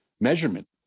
measurement